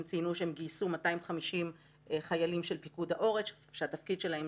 הם ציינו שהם גייסו 250 חיילים של פיקוד העורף שהתפקיד שלהם